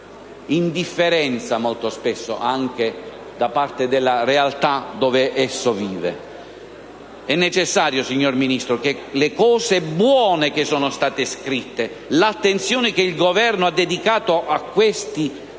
indifferenza da parte della realtà dove egli vive. È necessario, signor Ministro, che le cose buone che sono state scritte e l'attenzione che il Governo ha dedicato a questi capitoli